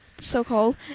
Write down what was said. So-called